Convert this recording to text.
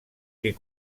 qui